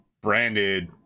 branded